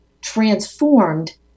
transformed